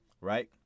right